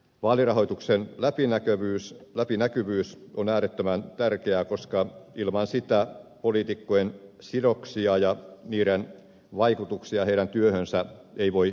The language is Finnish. vaalirahoituksen läpinäkyvyys on äärettömän tärkeää koska ilman sitä poliitikkojen sidoksia ja niiden vaikutuksia heidän työhönsä ei voi arvioida